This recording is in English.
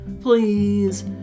PLEASE